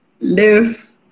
live